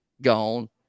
gone